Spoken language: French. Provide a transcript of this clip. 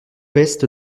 veste